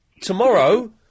Tomorrow